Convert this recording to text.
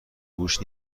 گوش